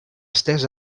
estès